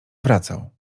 wracał